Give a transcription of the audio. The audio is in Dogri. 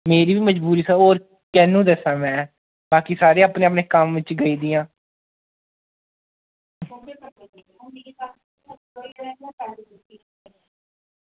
मेरी बी मजबूरी होर कैन्नू दस्सां में बाकी सारे अपने अपने कम्म च गेदियां